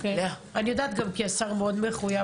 אני יודעת גם כי השר מאוד מחויב,